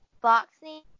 boxing